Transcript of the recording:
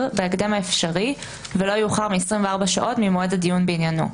בהקדם האפשרי ולא יאוחר מ-24 שעות ממועד הדיון בעניינו,